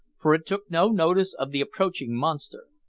for it took no notice of the approaching monster.